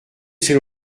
c’est